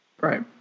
Right